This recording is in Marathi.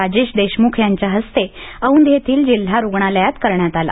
राजेश देशमुख यांच्या हस्ते औध येथील जिल्हा रुग्णालयात करण्यात आला